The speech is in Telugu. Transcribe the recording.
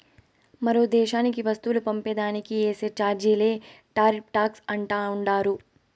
మరో దేశానికి వస్తువులు పంపే దానికి ఏసే చార్జీలే టార్రిఫ్ టాక్స్ అంటా ఉండారు